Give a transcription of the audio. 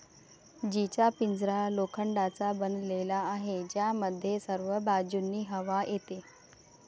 जीचा पिंजरा लोखंडाचा बनलेला आहे, ज्यामध्ये सर्व बाजूंनी हवा येते